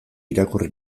irakurri